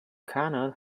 cannot